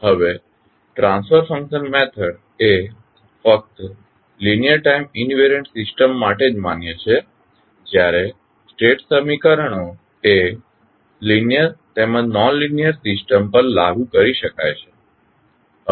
હવે transfer function method એ ફક્ત લીનીઅર ટાઇમ ઇન્વેરિયંટ સિસ્ટમ્સ માટે જ માન્ય છે જ્યારે સ્ટેટ સમીકરણો એ લીનીઅર તેમજ નોનલીનીઅર સિસ્ટમ પર લાગુ કરી શકાય છે